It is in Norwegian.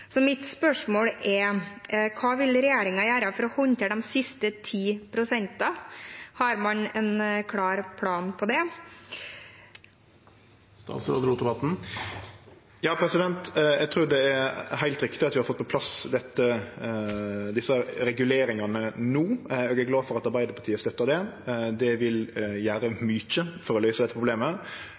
Så mitt spørsmål er: Hva vil regjeringen gjøre for å håndtere de siste 10 pst. – har man en klar plan for det? Ja, eg trur det er heilt riktig at vi har fått på plass desse reguleringane no. Eg er glad for at Arbeidarpartiet støttar det. Det vil gjere mykje for å løyse dette problemet.